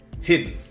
hidden